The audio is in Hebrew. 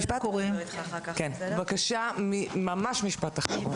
בבקשה, משפט אחרון.